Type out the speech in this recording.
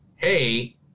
Hey